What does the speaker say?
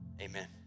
amen